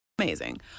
amazing